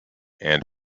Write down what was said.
and